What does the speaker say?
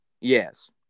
Yes